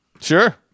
Sure